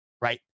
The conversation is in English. right